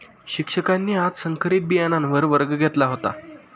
शिक्षकांनी आज संकरित बियाणांवर वर्ग घेतला होता